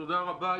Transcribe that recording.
תודה רבה.